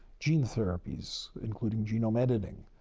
gene therapies, including genome editing,